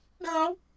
No